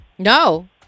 no